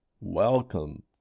welcome